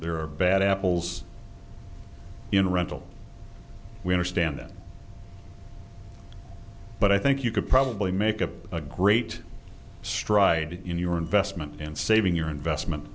there are bad apples you know rental we understand that but i think you could probably make a a great stride in your investment in saving your investment